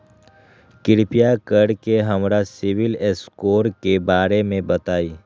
कृपा कर के हमरा सिबिल स्कोर के बारे में बताई?